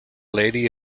lady